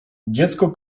dziecko